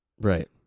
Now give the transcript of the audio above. Right